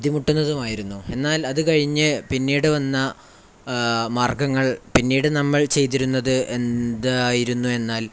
ബുദ്ധിമുട്ടുള്ളതുമായിരുന്നു എന്നാൽ അതുകഴിഞ്ഞ് പിന്നീട് വന്ന മാർഗ്ഗങ്ങൾ പിന്നീട് നമ്മൾ ചെയ്തിരുന്നത് എന്തായിരുന്നുവെന്നാൽ